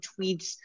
tweets